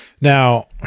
Now